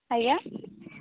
ଆଜ୍ଞା